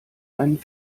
einen